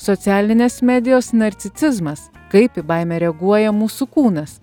socialinės medijos narcisizmas kaip į baimę reaguoja mūsų kūnas